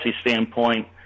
standpoint